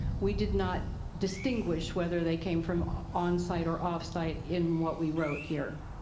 we did not distinguish whether they came from ah on-site or off-site in what we wrote here.